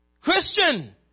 Christian